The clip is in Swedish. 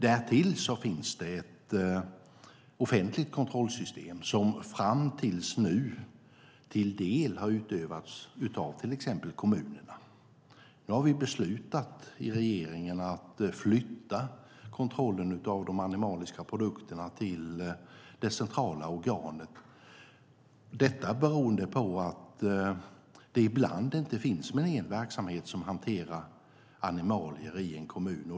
Därtill finns det ett offentligt kontrollsystem som fram tills nu till dels har utövats av till exempel kommunerna. Nu har vi i regeringen beslutat att flytta kontrollen av de animaliska produkterna till det centrala organet, detta beroende på att det ibland inte finns mer än en verksamhet som hanterar animalier i en kommun.